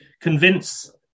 convince